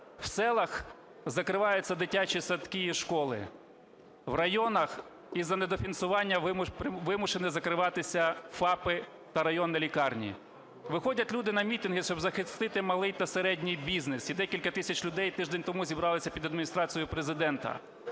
в селах закриваються дитячі садки і школи, в районах із-за недофінансування вимушені закриватися ФАПи та районні лікарні. Виходять люди на мітинги, щоб захистити малий та середній бізнес, і декілька тисяч людей тиждень тому зібралися під адміністрацією Президента.